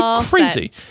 Crazy